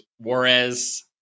Juarez